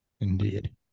Indeed